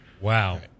Wow